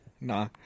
Nah